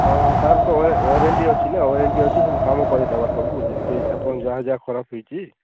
ହଁ ହଁ ତାର ତ ୱାରେ ୱାରେଣ୍ଟି ଅଛି ନା ୱାରେଣ୍ଟି ଅଛି ସବୁ କାମ କରିଦେବା ସବୁ ଯେତେ ଆପଣଙ୍କର ଯାହା ଯାହା ଖରାପ ହେଇଛି